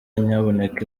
nyabuneka